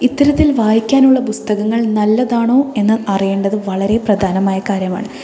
ഇത്തരത്തിൽ വായിക്കാനുള്ള പുസ്തകങ്ങൾ നല്ലതാണോ എന്ന് അറിയേണ്ടത് വളരെ പ്രധാനമായ കാര്യമാണ്